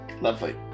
lovely